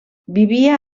vivia